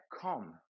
come